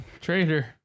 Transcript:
traitor